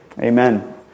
Amen